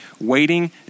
waiting